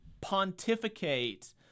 pontificate